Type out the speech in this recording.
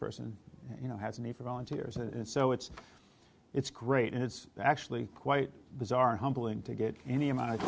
person you know has a need for volunteers and so it's it's great and it's actually quite bizarre humbling to get any amount of